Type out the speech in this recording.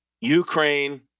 Ukraine